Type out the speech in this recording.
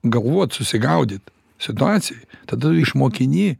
galvot susigaudyt situacijoj tada išmokini